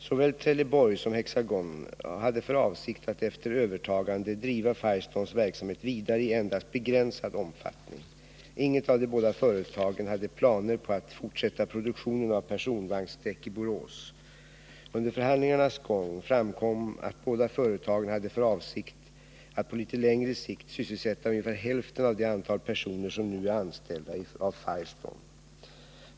Såväl Trelleborg som Hexagon hade för avsikt att efter ett övertagande driva Firestones verksamhet vidare i endast begränsad omfattning. Inget av de båda företagen hade planer på att fortsätta produktionen av personvagnsdäck i Borås. Under förhandlingarnas gång framkom att båda företagen hade för avsikt att på litet längre sikt sysselsätta ungefär hälften av det antal personer som nu är anställda av Firestone.